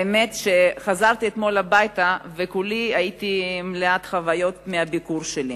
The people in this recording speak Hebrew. האמת שחזרתי אתמול הביתה וכולי הייתי מלאת חוויות מהביקור שלי.